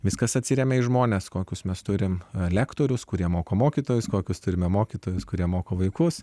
viskas atsiremia į žmones kokius mes turime lektorius kurie moko mokytojus kokius turime mokytojus kurie moko vaikus